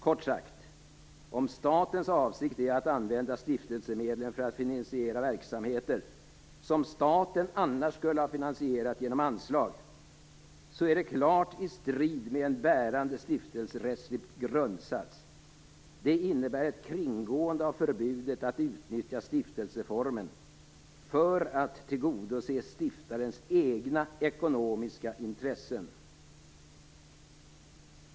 Kort sagt: Om statens avsikt är att använda stiftelsemedlen för att finansiera verksamheter som staten annars skulle ha finansierat genom anslag är det klart i strid med en bärande stiftelserättslig grundsats. Det innebär ett kringgående av förbudet att utnyttja stiftelseformen för att tillgodose stiftarens egna ekonomiska intressen.